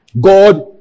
God